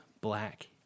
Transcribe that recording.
black